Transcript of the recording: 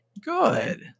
Good